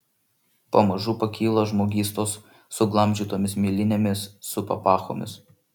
pamažu pakyla žmogystos suglamžytomis milinėmis su papachomis